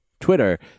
Twitter